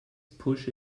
push